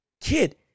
kid